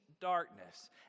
darkness